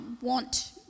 want